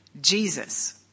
Jesus